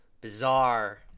bizarre